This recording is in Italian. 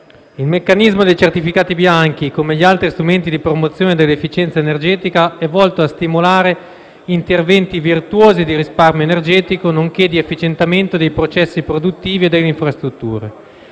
il meccanismo dei cosiddetti certificati bianchi, come gli altri strumenti di promozione dell'efficienza energetica, è volto a stimolare interventi virtuosi di risparmio energetico nonché di effìcientamento dei processi produttivi e delle infrastrutture.